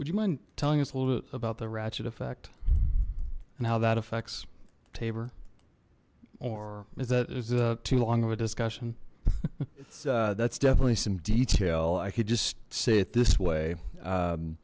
would you mind telling us a little bit about the ratchet effect and how that affects tabor or is that it was a too long of a discussion that's definitely some detail i could just say it this way